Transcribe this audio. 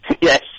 Yes